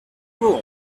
all